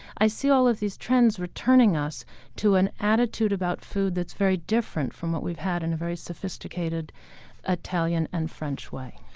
i see all of these trends returning us to an attitude about food that's very different from what we've had in a very sophisticated italian and french way